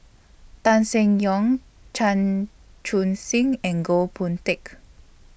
Tan Seng Yong Chan Chun Sing and Goh Boon Teck